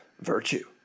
virtue